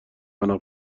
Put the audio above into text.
فنا